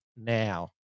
now